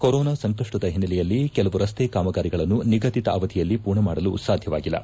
corona ಸಂಕಷ್ಟದ ಹಿನ್ನೆಲೆಯಲ್ಲಿ ಕೆಲವು ರಸ್ತೆ ಕಾಮಗಾರಿಗಳನ್ನು ನಿಗದಿತ ಅವಧಿಯಲ್ಲಿ ಪೂರ್ಣ ಮಾಡಲು ಸಾಧ್ಯವಾಗಿಲ್ಲ